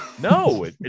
No